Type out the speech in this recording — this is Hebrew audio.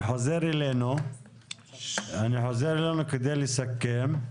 אני חוזר אלינו כדי לסכם.